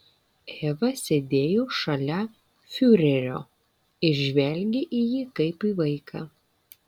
eva sėdėjo šalia fiurerio ir žvelgė į jį kaip į vaiką